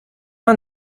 man